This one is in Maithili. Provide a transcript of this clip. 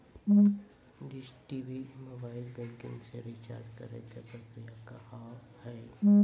डिश टी.वी मोबाइल बैंकिंग से रिचार्ज करे के प्रक्रिया का हाव हई?